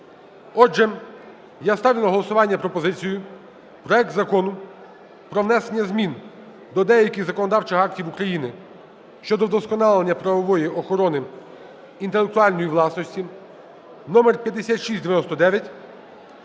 Отже, я ставлю на голосування пропозицію проект Закону про внесення змін до деяких законодавчих актів України щодо вдосконалення правової охорони інтелектуальної власності (№ 5699)